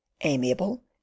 amiable